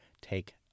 take